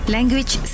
Language